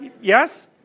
Yes